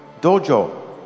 Dojo